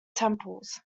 temples